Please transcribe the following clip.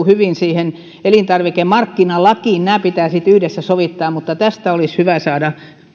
hyvin elintarvikemarkkinalakiin nämä pitää sitten yhdessä sovittaa mutta tästä olisi hyvä saada